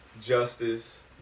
Justice